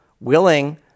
willing